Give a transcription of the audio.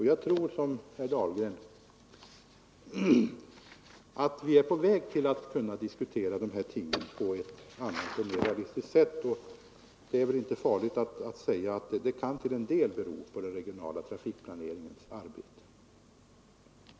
Jag tror, som herr — av olönsam Dahlgren, att vi är på väg till att kunna diskutera de här tingen på ett — järnvägstrafik, annat och riktigare sätt, och det är väl inte farligt att säga att det till m.m. en del kan bero på den regionala trafikplaneringens arbete.